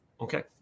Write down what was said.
Okay